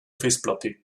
festplatte